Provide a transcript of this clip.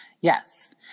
Yes